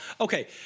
okay